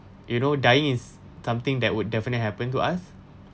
you know dying is something that would definitely happen to us